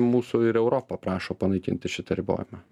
mūsų ir europa prašo panaikinti šitą ribojimą